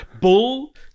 Bull